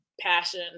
passion